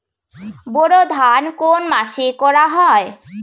বোরো ধান কোন মাসে করা হয়?